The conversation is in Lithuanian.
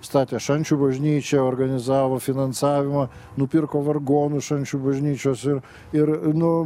statė šančių bažnyčią organizavo finansavimą nupirko vargonus šančių bažnyčios ir ir nu